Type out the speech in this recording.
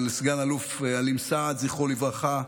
על סגן אלוף עלים סעד, זכרו לברכה,